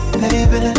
baby